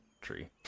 Tree